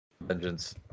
Vengeance